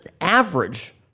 average